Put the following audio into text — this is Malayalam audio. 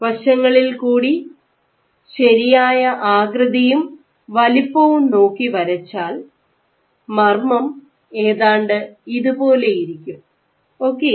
വശങ്ങളിൽ കൂടി ശരിയായ ആകൃതിയും വലിപ്പവും നോക്കി വരച്ചാൽ മർമ്മം ഏതാണ്ട് ഇതുപോലെ ഇരിക്കും ഓക്കേ